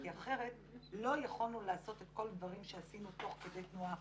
כי אחרת לא יכולנו לעשות את כל הדברים שעשינו תוך כדי תנועה,